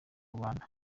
rwanda